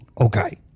Okay